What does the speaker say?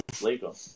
Legal